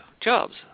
Jobs